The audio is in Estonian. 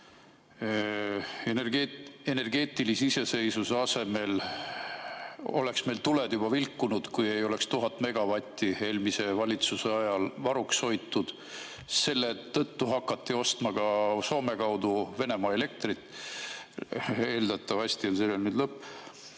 Energeetilise iseseisvuse asemel oleks meil tuled juba vilkunud, kui eelmise valitsuse ajal ei oleks 1000 megavatti varuks hoitud. Selle tõttu hakati ostma ka Soome kaudu Venemaa elektrit. Eeldatavasti on sellel nüüd lõpp.